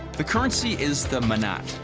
the currency is the manat,